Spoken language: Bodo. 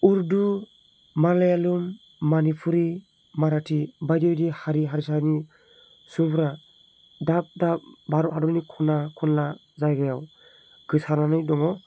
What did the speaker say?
उर्दु मालायालोम मनिपुरि माराथि बायदि बायदि हारि हारिसानि सुबुंफोरा दाब दाब भारत हादरनि खना खनला जायगायाव गोसारनानै दङ